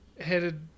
headed